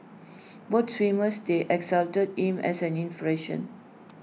both swimmers they exalted him as an inspiration